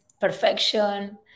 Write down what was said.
perfection